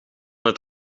het